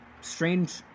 strange